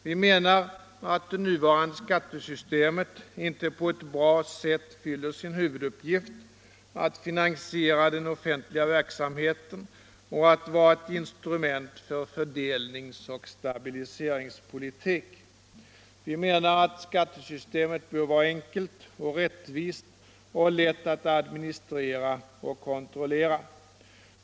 Vi menar att det nuvarande skattesystemet inte på ett bra sätt fyller sin huvuduppgift, att finansiera den offentliga verksamheten och att vara ett instrument för fördelningsoch stabiliseringspolitik. Vi menar att skattesystemet bör vara enkelt och rättvist och lätt att administrera och kontrollera.